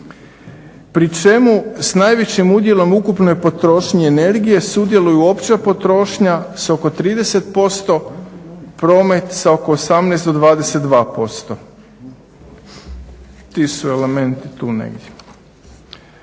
pri čemu s najvećim udjelom u ukupnoj potrošnji energije sudjeluju opća potrošnja s oko 30%, promet sa oko 18 do 22%. Ti su elementi tu negdje.